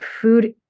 food